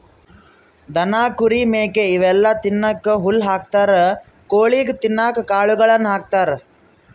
ದನ ಕುರಿ ಮೇಕೆ ಇವೆಲ್ಲಾ ತಿನ್ನಕ್ಕ್ ಹುಲ್ಲ್ ಹಾಕ್ತಾರ್ ಕೊಳಿಗ್ ತಿನ್ನಕ್ಕ್ ಕಾಳುಗಳನ್ನ ಹಾಕ್ತಾರ